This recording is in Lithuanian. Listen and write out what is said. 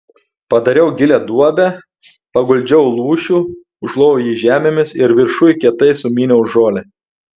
padariau gilią duobę paguldžiau lūšių užklojau jį žemėmis ir viršuj kietai sumyniau žolę